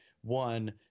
One